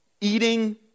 eating